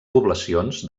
poblacions